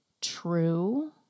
true